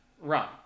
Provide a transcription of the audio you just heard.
Run